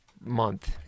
month